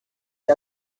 que